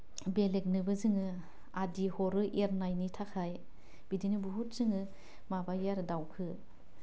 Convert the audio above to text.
बेलेकनोबो जोङो आदि हरो एरनायनि थाखाइ बिदिनो बुहुथ जोङो माबायो आरो दाउखौ